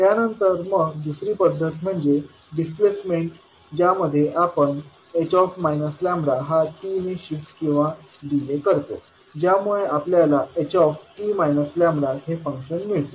त्यानंतर मग दुसरी पद्धत म्हणजे डिस्प्लेसमेंट ज्यामध्ये आपण h हा t ने शिफ्ट किंवा डीले करतो ज्यामुळे आपल्याला ht λ हे फंक्शन मिळते